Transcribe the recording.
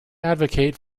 advocate